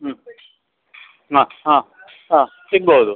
ಹ್ಞೂ ಹಾಂ ಹಾಂ ಹಾಂ ಸಿಗಬಹುದು